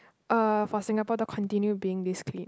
uh for Singapore to continue being this clean